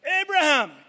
Abraham